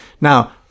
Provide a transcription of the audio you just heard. Now